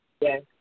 Yes